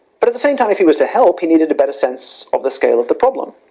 but at the same time if he was to help he needed a better sense of the scale of the problem.